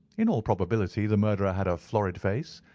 in all probability the murderer had a florid face,